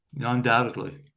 undoubtedly